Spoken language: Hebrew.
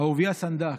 אהוביה סנדק,